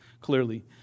clearly